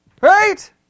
Right